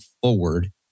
forward